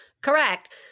Correct